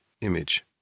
image